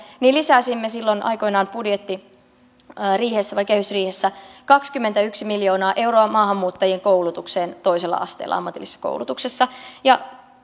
niin lisäsimme silloin aikoinaan budjettiriihessä tai kehysriihessä kaksikymmentäyksi miljoonaa euroa maahanmuuttajien koulutukseen toisella asteella ammatillisessa koulutuksessa